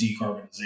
decarbonization